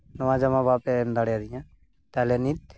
ᱱᱚᱣᱟ ᱡᱟᱢᱟ ᱵᱟᱯᱮ ᱮᱢ ᱫᱟᱲᱮᱭᱟᱫᱤᱧᱟ ᱛᱟᱦᱚᱞᱮ ᱱᱤᱛ